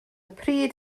pryd